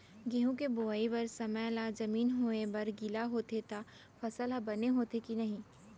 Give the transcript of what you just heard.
गेहूँ के बोआई बर समय ला जमीन होये बर गिला होथे त फसल ह बने होथे की नही?